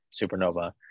supernova